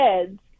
kids